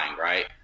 Right